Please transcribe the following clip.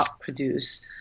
produce